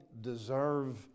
deserve